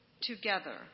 together